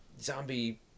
zombie